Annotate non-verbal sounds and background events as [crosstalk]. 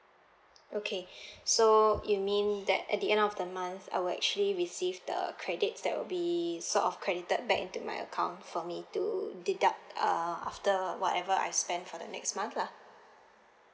okay [breath] so you mean that at the end of the month I will actually receive the credits that will be sort of credited back into my account for me to deduct uh after whatever I spent for the next month lah